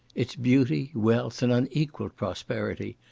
its beauty, wealth, and unequalled prosperity,